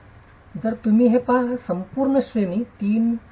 तर तुम्ही हे पहा संपूर्ण श्रेणी 3